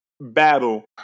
battle